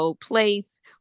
place